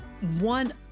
one